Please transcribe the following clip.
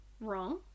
wrong